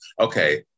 Okay